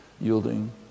yielding